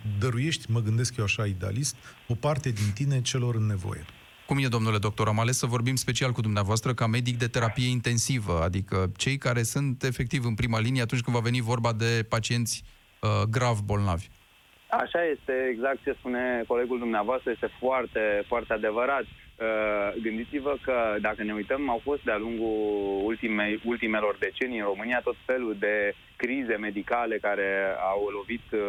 dăruiești, mă gândesc eu așa, idealist, o parte din tine celor în nevoie. Cum e, domnule doctor? Am ales să vorbim special cu dumneavoastră ca medic de terapie intensivă, adică cei care sunt efectiv în prima linie atunci când va veni vorba de pacienți, uh, grav bolnavi. Așa este, exact ce spune colegul dumneavoastră, este foarte, foarte adevărat. Uh, gândiți-vă că dacă ne uităm, au fost de-a lungul ultimei- ultimelor decenii în România tot felul de crize medicale care au lovit